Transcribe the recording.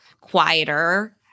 quieter